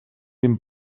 vint